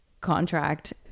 contract